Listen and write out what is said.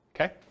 okay